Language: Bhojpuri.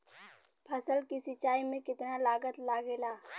फसल की सिंचाई में कितना लागत लागेला?